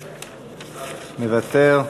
מוותר,